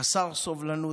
חסר סובלנות,